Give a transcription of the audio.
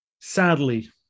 sadly